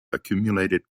accumulated